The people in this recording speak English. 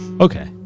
okay